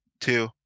two